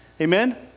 amen